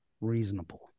reasonable